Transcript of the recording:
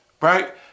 Right